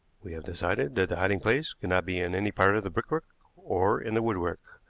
we have decided that the hiding-place could not be in any part of the brickwork or in the woodwork,